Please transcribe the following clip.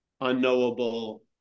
unknowable